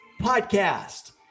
podcast